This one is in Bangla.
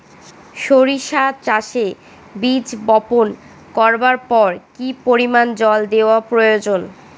সরিষা চাষে বীজ বপন করবার পর কি পরিমাণ জল দেওয়া প্রয়োজন?